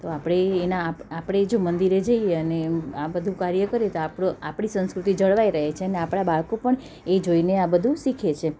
તો આપણે એઇના આપણે આપણે જો મંદિરે જઈએ અને આ બધું કાર્ય કરીએ આપણો આપણી સંસ્કૃતિ જળવાઈ રહે છે અને આપણા બાળકો પણ એ જોઈને આ બધું શીખે છે